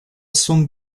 soon